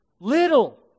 little